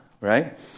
right